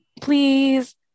please